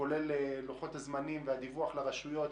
כולל לוחות הזמנים והדיווח לרשויות.